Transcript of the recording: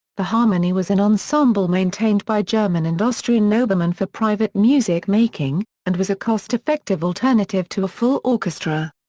the harmonie was an ensemble maintained by german and austrian noblemen for private music-making, and was a cost-effective alternative to a full orchestra.